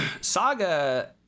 saga